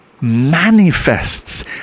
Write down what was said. manifests